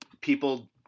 people